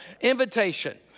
invitation